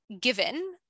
given